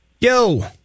Yo